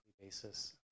basis